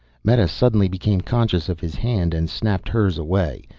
meta suddenly became conscious of his hand and snapped hers away,